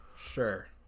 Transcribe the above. Sure